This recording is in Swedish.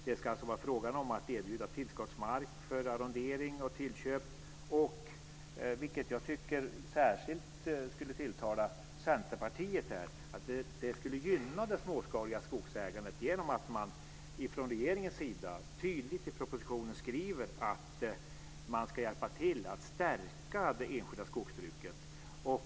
Det ska alltså vara fråga om att erbjuda tillskottsmark för arrondering och tillköp, och - vilket jag tycker särskilt borde tilltala Centerpartiet - detta skulle gynna det småskaliga skogsägandet genom att man från regeringens sida tydligt i propositionen skriver att man ska hjälpa till att stärka det enskilda skogsbruket.